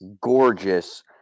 gorgeous